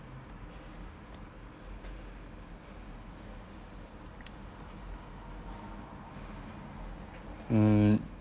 hmm